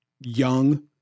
young